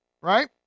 right